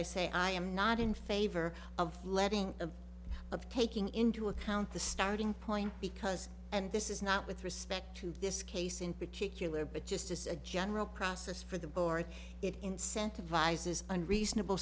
i say i am not in favor of letting of of taking into account the starting point because and this is not with respect to this case in particular but just as a general process for the boric it incentivizes and reasonable